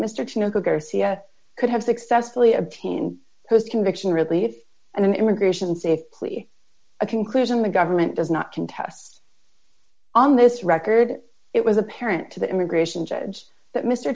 garcia could have successfully obtained post conviction relief and immigration safely a conclusion the government does not contest on this record it was apparent to the immigration judge that mr